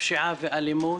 - פשיעה ואלימות,